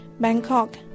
Bangkok